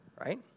Right